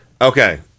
Okay